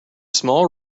small